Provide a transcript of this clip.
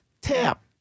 tap